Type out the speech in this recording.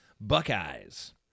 Buckeyes